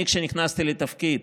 אני, כשנכנסתי לתפקיד,